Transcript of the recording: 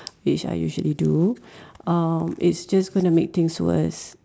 which I usually do uh it's just going to make things worst